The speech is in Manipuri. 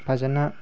ꯐꯖꯅ